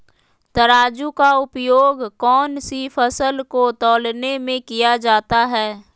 तराजू का उपयोग कौन सी फसल को तौलने में किया जाता है?